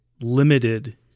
limited